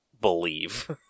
believe